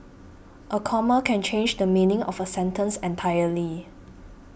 a comma can change the meaning of a sentence entirely